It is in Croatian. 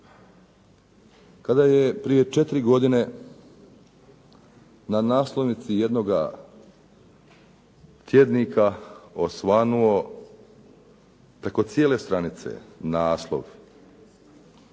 Kada je prije četiri godine na naslovnici jednoga tjednika osvanuo preko cijele stranice naslov